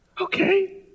Okay